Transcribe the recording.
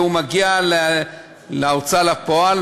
והוא מגיע להוצאה לפועל,